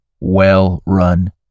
well-run